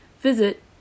visit